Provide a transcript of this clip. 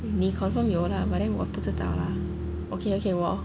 你 confirm 有 lah but then 我不知道 lah okay okay 我